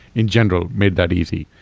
in general, made that easy.